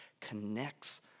connects